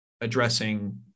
addressing